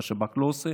מה שב"כ לא עושה.